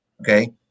Okay